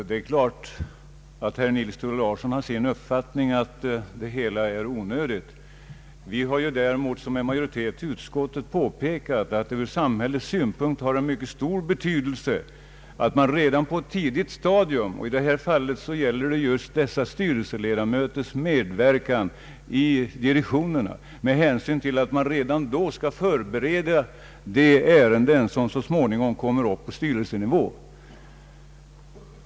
Herr talman! Herr Nils Theodor Larsson har deklarerat sin uppfattning, nämligen att den föreslagna ordningen är onödig. Vi som utgör majoritet i ut skottet har emellertid påpekat att det från samhällets synpunkt har mycket stor betydelse att de offentliga representanterna får delta i ärendenas handläggning redan på ett tidigt stadium. I det här fallet gäller det snarast dessa styrelseledamöters medverkan i direktionerna, eftersom man där förbereder de ärenden som så småningom kommer upp på styrelsenivå.